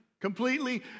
completely